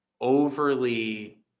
overly